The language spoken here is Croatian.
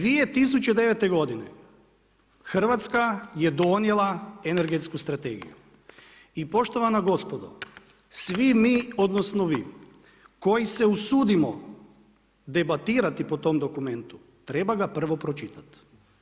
2009. godine Hrvatska je donijela Energetsku strategiju i poštovana gospodo svi mi odnosno vi koji se usudimo debatirati po tom dokumentu treba ga prvo pročitati.